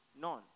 None